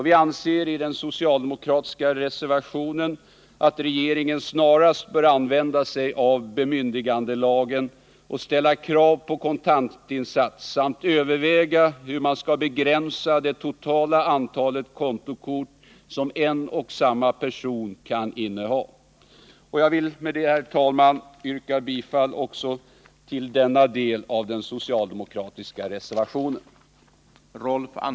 Vi anser i den socialdemokratiska reservationen att regeringen snarast bör använda bemyndigandelagen och ställa krav på kontantinsats samt överväga hur man skall begränsa det totala antalet kontokort som en och samma person kan inneha. Jag vill med detta, herr talman, yrka bifall till denna del av den socialdemokratiska reservationen.